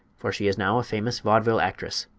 for she is now a famous vaudeville actress.